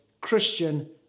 Christian